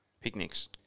Picnics